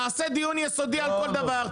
נעשה דיון יסודי על כל דבר,